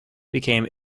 became